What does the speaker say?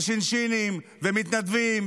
וש"שינים ומתנדבים,